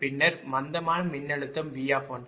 பின்னர் மந்தமான மின்னழுத்தம் V